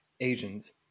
Asians